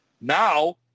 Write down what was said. now